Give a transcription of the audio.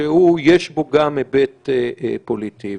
ששי בו גם היבט פוליטי.